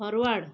forward